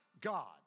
God